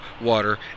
water